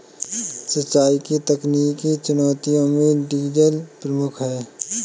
सिंचाई की तकनीकी चुनौतियों में डीजल प्रमुख है